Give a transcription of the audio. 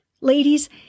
Ladies